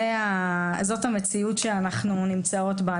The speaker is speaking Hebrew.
זאת המציאות שאנחנו נמצאות בה.